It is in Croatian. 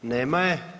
Nema je.